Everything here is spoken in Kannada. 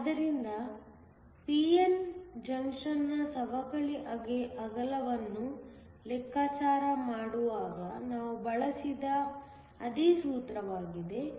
ಆದ್ದರಿಂದ p n ಜಂಕ್ಷನ್ನ ಸವಕಳಿ ಅಗಲವನ್ನು ಲೆಕ್ಕಾಚಾರ ಮಾಡುವಾಗ ನಾವು ಬಳಸಿದ ಅದೇ ಸೂತ್ರವಾಗಿದೆ